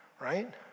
right